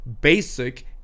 basic